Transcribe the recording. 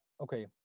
Okay